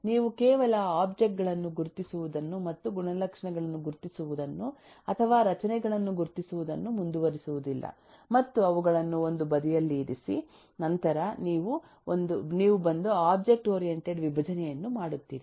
ನೀವು ಕೇವಲ ಒಬ್ಜೆಕ್ಟ್ ಗಳನ್ನು ಗುರುತಿಸುವುದನ್ನು ಮತ್ತು ಗುಣಲಕ್ಷಣಗಳನ್ನು ಗುರುತಿಸುವುದನ್ನು ಅಥವಾ ರಚನೆಗಳನ್ನು ಗುರುತಿಸುವುದನ್ನು ಮುಂದುವರಿಸುವುದಿಲ್ಲ ಮತ್ತು ಅವುಗಳನ್ನು ಒಂದು ಬದಿಯಲ್ಲಿ ಇರಿಸಿ ಮತ್ತು ನಂತರ ನೀವು ಬಂದು ಒಬ್ಜೆಕ್ಟ್ ಓರಿಯೆಂಟೆಡ್ ವಿಭಜನೆಯನ್ನು ಮಾಡುತ್ತೀರಿ